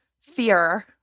fear